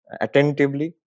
attentively